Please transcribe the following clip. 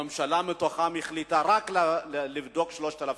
שמתוכם הממשלה החליטה לבדוק רק 3,000,